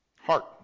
Heart